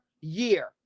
year